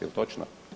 Jel' točno?